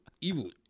Evil